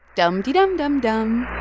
dum de dum dum dum